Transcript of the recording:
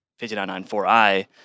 59.94i